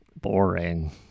Boring